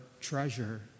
treasure